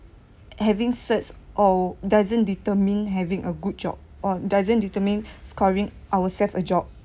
on having certs or doesn't determine having a good job or doesn't determine scoring ourself a job